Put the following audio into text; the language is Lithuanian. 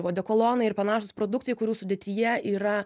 odekolonai ir panašūs produktai kurių sudėtyje yra